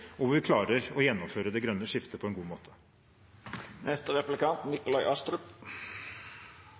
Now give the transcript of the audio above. og hvor vi klarer å gjennomføre det grønne skiftet på en god måte.